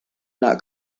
not